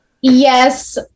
Yes